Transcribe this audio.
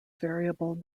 variable